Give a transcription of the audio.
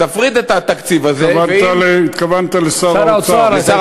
תפריד את התקציב הזה, ואם, התכוונת לשר האוצר.